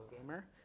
gamer